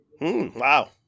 wow